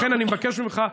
לכן אני מבקש ממך,